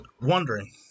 wondering